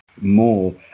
More